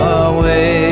away